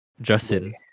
Justin